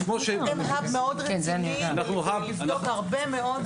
אנחנו חושבים